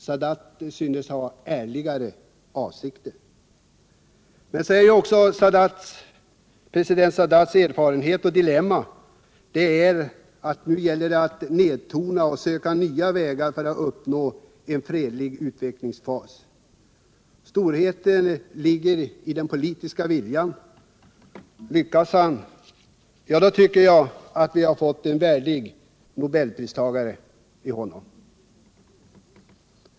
Sadat syntes ha ärligare avsikter. President Sadats erfarenhet och dilemma är att det gäller att nedtona och söka nya vägar för att uppnå en fredlig utvecklingsfas. Svårigheten ligger i den politiska viljan. Lyckas han — ja, då tycker jag att vi har en värdig nobelpristagare i honom.